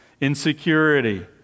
insecurity